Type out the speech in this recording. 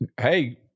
Hey